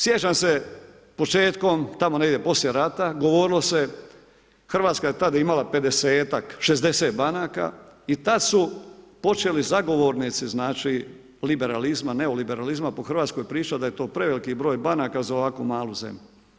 Sjećam se početkom tamo negdje poslije rata, govorilo se Hrvatska je tada imala 60 banaka i tada su počeli zagovornici liberalizma, neoliberalizma po Hrvatskoj pričati da je to preveliki broj banaka za ovako malu zemlju.